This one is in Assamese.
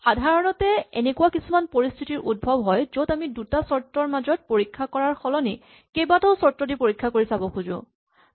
সাধাৰণতে এনেকুৱা কিছুমান পৰিস্হিতিৰ উদ্ভৱ হয় য'ত আমি দুটা চৰ্তৰ মাজত পৰীক্ষা কৰাৰ সলনি কেইবাটাও চৰ্ত দি পৰীক্ষা কৰি চাব খুজিব পাৰো